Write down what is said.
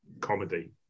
comedy